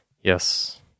Yes